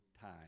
time